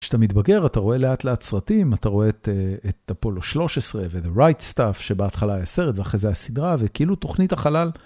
כשאתה מתבגר אתה רואה לאט לאט סרטים, אתה רואה את אפולו 13 ואת Right Stuff שבה התחלה היה סרט ואחרי זה הסדרה וכאילו תוכנית החלל.